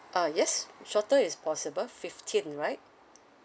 ah yes shorter is possible fifteen right